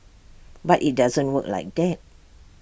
but IT doesn't work like that